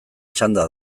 txanda